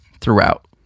throughout